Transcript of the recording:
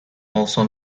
also